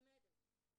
התקדמות בעניין הזה.